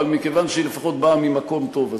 אבל מכיוון שהיא לפחות באה ממקום טוב,